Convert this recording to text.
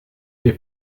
des